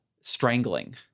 strangling